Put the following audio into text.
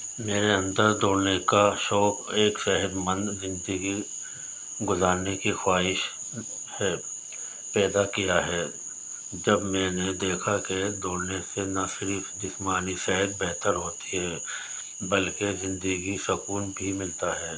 میرے اندر دوڑنے کا شوق ایک صحت مند زندگی گزارنے کی خواہش ہے پیدا کیا ہے جب میں نے دیکھا کہ دوڑنے سے نہ صرف جسمانی صحت بہتر ہوتی ہے بلکہ زندگی سکون بھی ملتا ہے